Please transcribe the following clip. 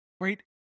right